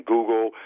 Google